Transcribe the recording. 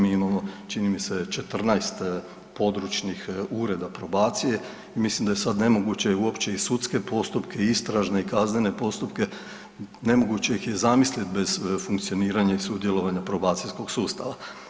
Mi imamo čini mi se 14 područnih ureda probacije i mislim da je sada nemoguće uopće i sudske postupka i istražne i kaznene postupke nemoguće ih je zamisliti bez funkcioniranja i sudjelovanja probacijskog sustava.